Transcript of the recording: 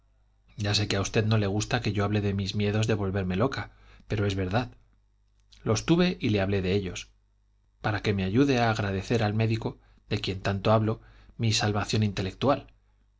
ya sé que a usted no le gusta que yo hable de mis miedos de volverme loca pero es verdad los tuve y le hablo de ellos para que me ayude a agradecer al médico de quien tanto hablo mi salvación intelectual